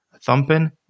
thumping